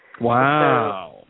Wow